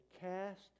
cast